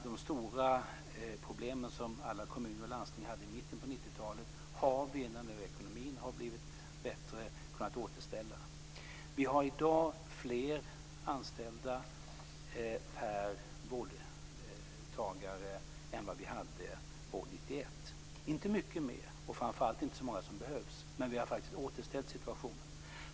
De stora problem som alla kommuner och landsting hade i mitten av 90-talet har vi nu, när ekonomin har blivit bättre, kunnat återställa. Vi har i dag fler anställda per vårdtagare än vad vi hade 1991. Vi har inte många fler, och framförallt inte så många som behövs, men vi har faktiskt återställt situationen.